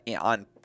on